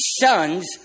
sons